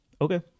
Okay